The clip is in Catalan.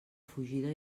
fugida